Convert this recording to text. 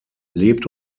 lebt